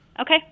Okay